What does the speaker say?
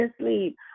sleep